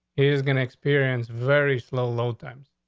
he's gonna experience very slow load times.